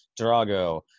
Drago